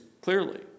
clearly